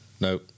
No